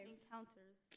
encounters